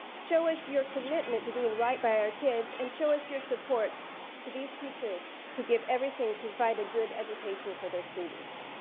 show us your commitment to doing right by our kids and show us your support to these teachers who give everything to provide a good education for their students.